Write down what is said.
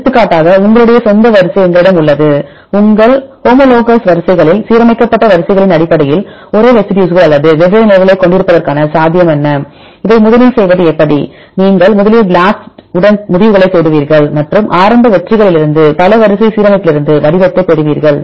எடுத்துக்காட்டாக உங்களுடைய சொந்த வரிசை எங்களிடம் உள்ளது உங்கள் ஹோமோலோகஸ் வரிசைகளில் சீரமைக்கப்பட்ட வரிசைகளின் அடிப்படையில் ஒரே ரெசிடியூஸ்கள் அல்லது வெவ்வேறு நிலைகளைக் கொண்டிருப்பதற்கான சாத்தியம் என்ன இதை முதலில் செய்வது எப்படி நீங்கள் முதலில் BLAST உடன் முடிவுகளைத் தேடுவீர்கள் மற்றும் ஆரம்ப வெற்றிகளிலிருந்து பல வரிசை சீரமைப்பிலிருந்து வடிவத்தைப் பெறுவீர்கள்